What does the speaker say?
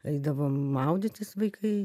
eidavom maudytis vaikai